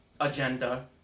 agenda